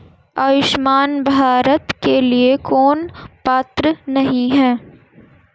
आयुष्मान भारत के लिए कौन पात्र नहीं है?